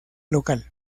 local